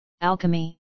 alchemy